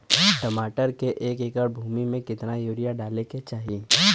टमाटर के एक एकड़ भूमि मे कितना यूरिया डाले के चाही?